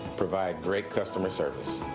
provide great customer service.